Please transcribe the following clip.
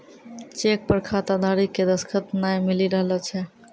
cheque पर खाताधारी के दसखत नाय मिली रहलो छै